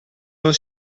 non